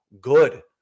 good